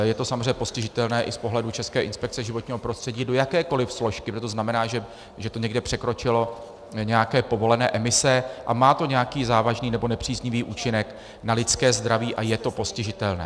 Je to samozřejmě postižitelné i z pohledu České inspekce životního prostředí do jakékoliv složky, protože to znamená, že to někde překročilo nějaké povolené emise a má to nějaký závažný nebo nepříznivý účinek na lidské zdraví a je to postižitelné.